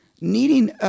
needing